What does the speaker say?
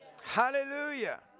Hallelujah